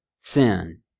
sin